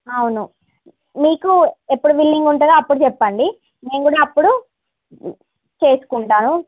అవును మీకు ఎప్పుడు విల్లింగ్ ఉంటుందో అప్పుడు చెప్పండి నేను కూడా అప్పుడు చేసుకుంటాను